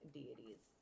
deities